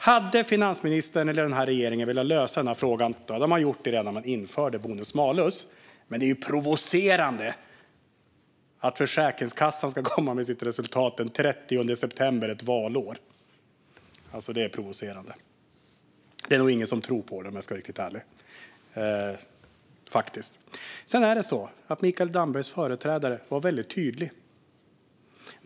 Hade finansministern och regeringen velat lösa denna fråga hade de gjort det redan när man införde bonus malus, men det är provocerande att Försäkringskassan ska komma med sitt resultat den 30 september ett valår. Det är nog ingen som tror på det, om jag ska vara riktigt ärlig. Mikael Dambergs företrädare var tydlig.